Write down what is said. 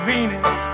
Venus